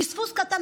פספוס קטן,